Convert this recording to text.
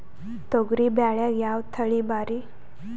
ತೊಗರಿ ಬ್ಯಾಳ್ಯಾಗ ಯಾವ ತಳಿ ಭಾರಿ?